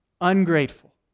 Ungrateful